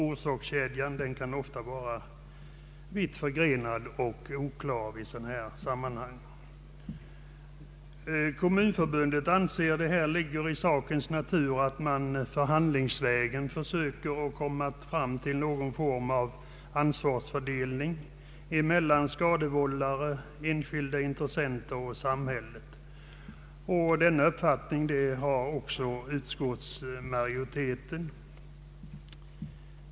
Orsakskedjan kan ofta vara vitt förgrenad och oklar i sådana här sammanhang. Kommunförbundet anser att det ligger i sakens natur att man förhandlingsvägen söker komma fram till någon form av ansvarsfördelning mellan skadevållare, enskilda intressenter och samhället. Denna uppfattning delar utskottsmajoriteten.